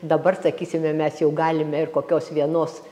dabar sakysime mes jau galime ir kokios vienos